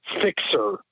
fixer